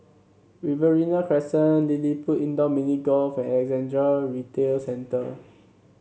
Riverina Crescent LilliPutt Indoor Mini Golf and Alexandra Retail Centre